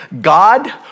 God